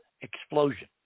Explosion